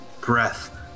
breath